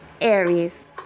Aries